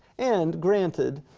and granted,